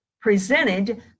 presented